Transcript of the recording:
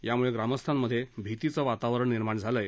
यामुळे ग्रामस्थांमधे भीतीचं वातावरण निर्माण झालं आहे